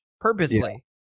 purposely